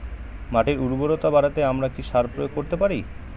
মাটির উর্বরতা বাড়াতে আমরা কি সার প্রয়োগ করতে পারি?